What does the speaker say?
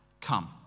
Come